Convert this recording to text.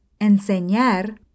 enseñar